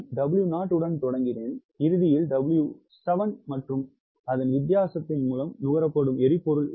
நான் 𝑊0 உடன் தொடங்கினேன் இறுதி W7 மற்றும் வித்தியாசம் நுகரப்படும் எரிபொருள்